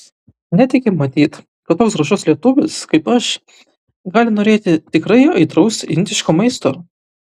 netiki matyt kad toks gražus lietuvis kaip aš gali norėti tikrai aitraus indiško maisto